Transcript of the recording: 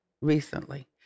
recently